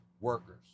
workers